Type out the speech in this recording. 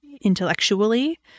intellectually